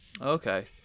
Okay